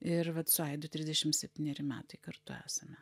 ir vat su aidu trisdešim septyneri metai kartu esame